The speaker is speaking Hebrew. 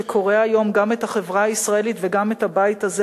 שקורע היום גם את החברה הישראלית וגם את הבית הזה,